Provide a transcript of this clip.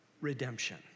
redemption